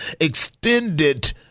extended